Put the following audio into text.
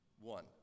One